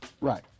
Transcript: right